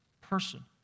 person